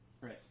Right